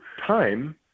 time